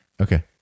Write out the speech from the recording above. Okay